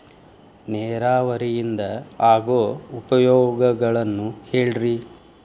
ನೇರಾವರಿಯಿಂದ ಆಗೋ ಉಪಯೋಗಗಳನ್ನು ಹೇಳ್ರಿ